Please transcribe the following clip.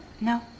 No